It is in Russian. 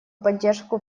поддержку